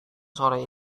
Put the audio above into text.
sore